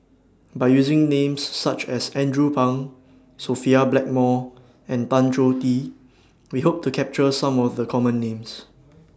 By using Names such as Andrew Phang Sophia Blackmore and Tan Choh Tee We Hope to capture Some of The Common Names